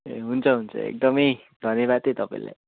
ए हुन्छ हुन्छ एकदमै धन्यवाद है तपाईँलाई